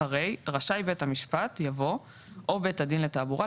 אחרי "רשאי בית המשפט" יבוא "או בית הדין לתעבורה,